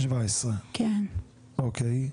אוקיי.